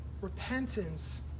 repentance